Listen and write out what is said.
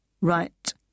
Right